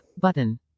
button